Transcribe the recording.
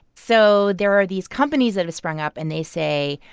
so there are these companies that have sprung up, and they say,